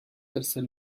tercer